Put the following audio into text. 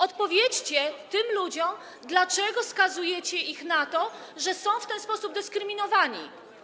Odpowiedzcie tym ludziom, dlaczego skazujecie ich na to, dlaczego są w ten sposób dyskryminowani.